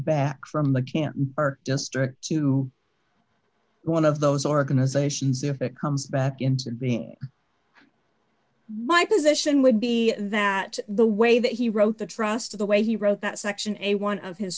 back from the camp or just to one of those organizations if it comes back into being my position would be that the way that he wrote the trust of the way he wrote that section eighty one of his